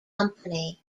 company